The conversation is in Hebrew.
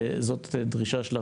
זאת דרישה של הוועדה.